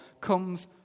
comes